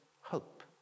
hope